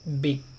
big